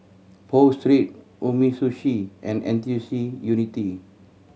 Pho Street Umisushi and N T U C Unity